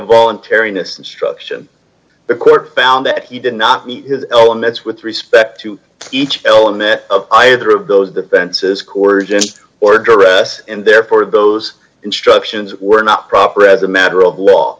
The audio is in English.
voluntary n'est instruction the court found that he did not meet his elements with respect to each element of either of those defenses corey just or duress and therefore those instructions were not proper as a matter of law